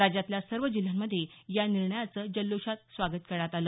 राज्यातल्या सर्व जिल्ह्यांमध्ये या निर्णयाचं जल्लोषात स्वागत करण्यात आलं